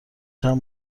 چند